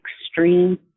extreme